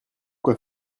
quoi